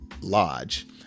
Lodge